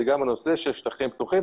זה גם הנושא של שטחים פתוחים,